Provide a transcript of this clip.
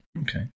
okay